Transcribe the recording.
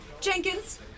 Jenkins